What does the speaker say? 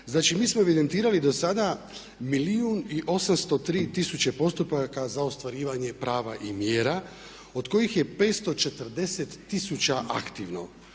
Znači mi smo evidentirali do sada milijun i 803 tisuće postupaka za ostvarivanje prava i mjera od kojih je 540 tisuća aktivno.